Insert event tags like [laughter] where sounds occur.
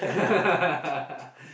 [laughs]